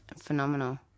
phenomenal